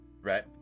right